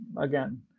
again